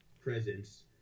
presence